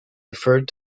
referred